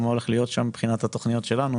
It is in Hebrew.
מה הולך להיות שם מבחינת התכניות שלנו.